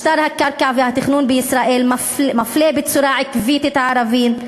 משטר הקרקע והתכנון בישראל מפלה בצורה עקבית את הערבים,